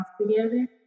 together